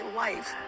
life